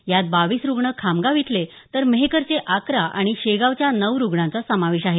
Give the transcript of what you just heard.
यात बावीस रुग्ण खामगांव इथले तर मेहकरचे अकरा आणि शेगांवच्या नऊ रुग्णांचा समावेश आहे